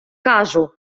кажу